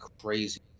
crazy